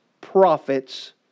prophets